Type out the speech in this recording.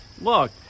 Look